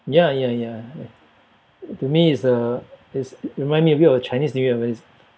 ya ya ya to me it's a it's remind me a bit of chinese new year when it's